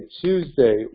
tuesday